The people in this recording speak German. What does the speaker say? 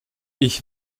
ich